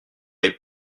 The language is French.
les